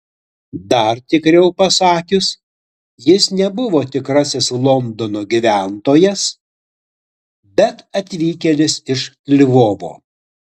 dar tikriau pasakius jis nebuvo tikrasis londono gyventojas bet atvykėlis iš lvovo